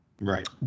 Right